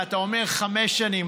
ואתה אומר חמש שנים.